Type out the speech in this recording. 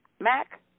Mac